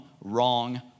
wrong